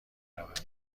رود